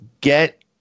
get